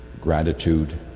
gratitude